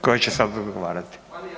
Koja će sad odgovarati.